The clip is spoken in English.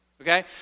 okay